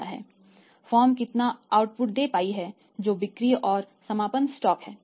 firm कितना output दे पाई है जो बिक्री और समापन स्टॉक है